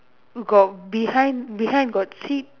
got behind behind got seat